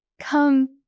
come